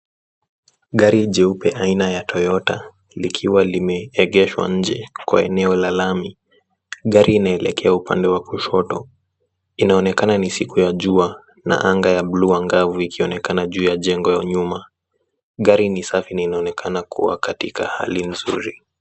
Gari jeupe aina ya Toyota likiwa limeengeshwa nje kwa eneo la lami. Gari inaelekea upande wa kushoto. Inaonekana ni siku ya jua na anga ya bluu angavu ikionekana juu ya jengo ya nyuma. Gari ni safi na inaonekana kuwa katika hali mzuri.